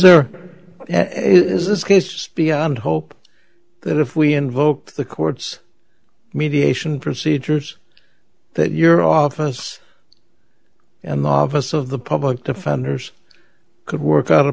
there is this case beyond hope that if we invoke the court's mediation procedures that your office and the office of the public defenders could work o